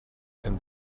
can